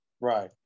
Right